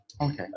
Okay